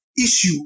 issue